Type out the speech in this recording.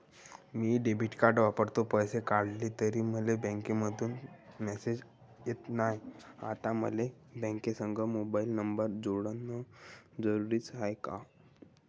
मी debit card वापरतो, पैसे काढले तरी मले बँकेमंधून मेसेज येत नाय, आता मले बँकेसंग मोबाईल नंबर जोडन जरुरीच हाय का?